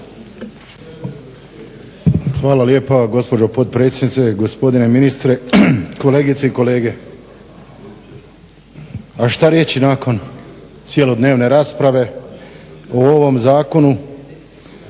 Hvala lijepa gospođo potpredsjednice, gospodine ministre, kolegice i kolege. A šta reći nakon cjelodnevne rasprave o ovom zakonu,